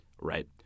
right